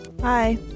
Hi